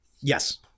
Yes